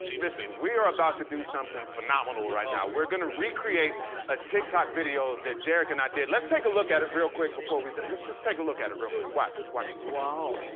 listen, we are about to do something phenomenal right now. we're going to recreate a tiktok video that derek and i did. let's take a look at it real quick before we just just take a look at it real quick. watch, watch it. wow,